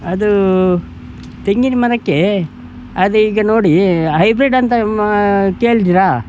ಅದು ತೆಂಗಿನ ಮರಕ್ಕೆ ಅದು ಈಗ ನೋಡಿ ಹೈಬ್ರಿಡಂತ ಮ ಕೇಳಿದ್ರಾ